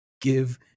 give